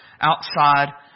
outside